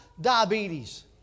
diabetes